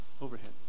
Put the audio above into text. overhead